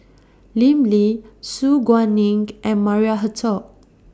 Lim Lee Su Guaning and Maria Hertogh